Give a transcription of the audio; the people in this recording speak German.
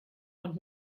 und